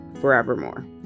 forevermore